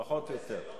פחות או יותר.